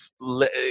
let